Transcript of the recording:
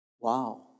Wow